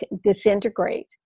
disintegrate